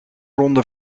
ronde